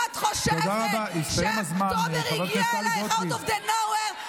אם את חושבת שאוקטובר הגיע אלייך out of nowhere,